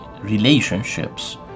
relationships